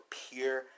pure